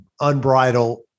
unbridled